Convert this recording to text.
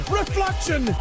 reflection